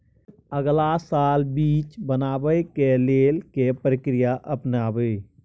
अगला साल बीज बनाबै के लेल के प्रक्रिया अपनाबय?